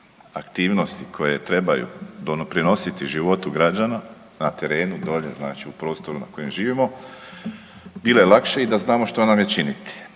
aktivnosti koje trebaju prinositi životu građana na terenu dolje znači u prostoru na kojem živimo bilo je lakše i da znamo što nam je činiti.